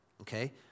Okay